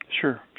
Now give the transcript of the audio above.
Sure